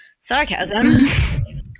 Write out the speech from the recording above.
sarcasm